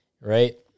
right